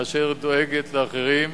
מאשר היא דואגת לאחרים.